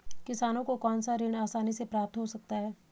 किसानों को कौनसा ऋण आसानी से प्राप्त हो सकता है?